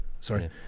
Sorry